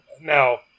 Now